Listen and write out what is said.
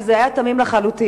וזה היה תמים לחלוטין.